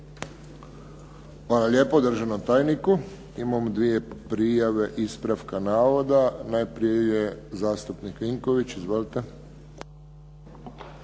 Hvala lijepo državnom tajniku. Imamo dvije prijave ispravka navoda. Najprije je zastupnik Vinković. Izvolite.